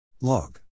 log